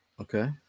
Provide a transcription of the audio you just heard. Okay